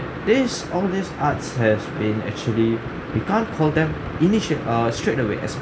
this all these arts has been actually you can't call them initia~ err straight away as